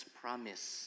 promise